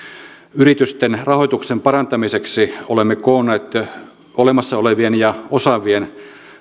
yritysten rahoituksen parantamiseksi olemme koonneet olemassa olevien ja osaavien